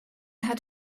had